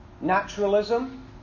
naturalism